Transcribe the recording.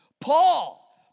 Paul